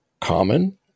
common